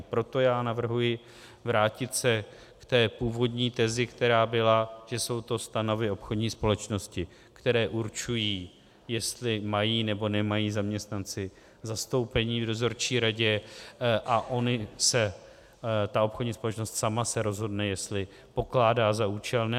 Proto navrhuji vrátit se k té původní tezi, která byla, že jsou to stanovy obchodní společnosti, které určují, jestli mají, nebo nemají zaměstnanci zastoupení v dozorčí radě, a ta obchodní společnost sama se rozhodne, jestli pokládá za účelné.